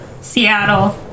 seattle